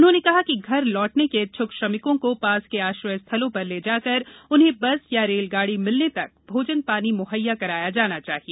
उन्होंने कहा कि घर लौटने के इच्छ्क श्रमिकों को पास के आश्रय स्थलों पर ले जाकर उन्हें बस या रेलगाड़ी मिलने तक भोजन पानी म्हैया कराया जाना चाहिए